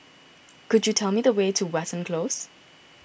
could you tell me the way to Watten Close